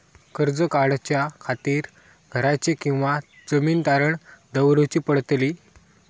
कर्ज काढच्या खातीर घराची किंवा जमीन तारण दवरूची पडतली?